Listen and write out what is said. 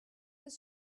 does